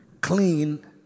clean